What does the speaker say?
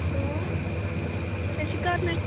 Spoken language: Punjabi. ਹੈਲੋ ਸਤਿ ਸ੍ਰੀ ਅਕਾਲ ਮੈਮ